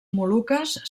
moluques